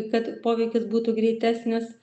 kad poveikis būtų greitesnis